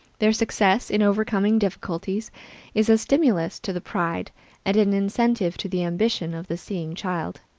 their success in overcoming difficulties is a stimulus to the pride and an incentive to the ambition of the seeing child.